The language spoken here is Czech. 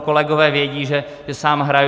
Kolegové vědí, že sám hraju.